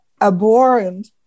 abhorrent